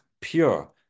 pure